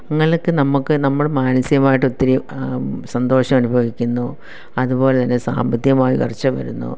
അങ്ങനെയൊക്കെ നമുക്ക് നമ്മൾ മാനസികമായിട്ടൊത്തിരി സന്തോഷം അനുഭവിക്കുന്നു അതുപോലെ തന്നെ സാമ്പത്തികമായി ഉയർച്ച വരുന്നു